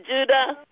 Judah